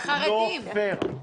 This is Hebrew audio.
אתה לא פייר.